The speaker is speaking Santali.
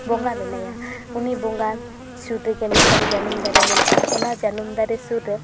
ᱵᱚᱸᱜᱟ ᱢᱮᱱᱟᱭᱟ ᱩᱱᱤ ᱵᱚᱸᱜᱟ ᱥᱩᱨ ᱨᱮᱜᱮ ᱢᱤᱫᱴᱟᱝ ᱡᱟᱹᱱᱩᱢ ᱫᱟᱨᱮ ᱢᱮᱱᱟᱜᱼᱟ ᱚᱱᱟ ᱡᱟᱹᱱᱩᱢ ᱫᱟᱨᱮ ᱥᱩᱨ ᱨᱮ